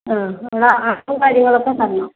അഹ് അളവും കാര്യങ്ങളും ഒക്കെ തരണം